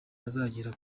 azagera